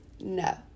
No